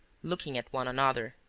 looking at one another.